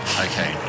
Okay